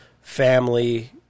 family